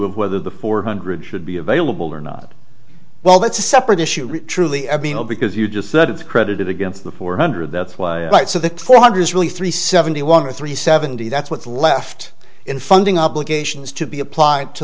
of whether the four hundred should be available or not well that's a separate issue truly every no because you just said it's credited against the four hundred that's right so the four hundred really three seventy one or three seventy that's what's left in funding obligations to be applied to